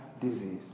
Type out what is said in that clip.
disease